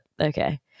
okay